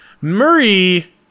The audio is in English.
Murray